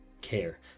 care